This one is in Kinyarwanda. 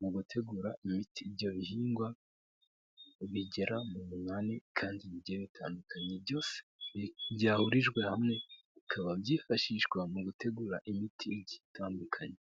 mu gutegura imiti . Ibyo bihingwa bigera mu munani kandi bigiye bitandukanye byose byahurijwe hamwe bikaba byifashishwa mu gutegura imiti igiye itandukanye.